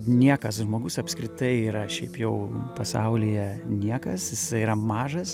niekas žmogus apskritai yra šiaip jau pasaulyje niekas jisai yra mažas